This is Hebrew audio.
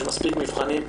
יש מספיק מבחנים.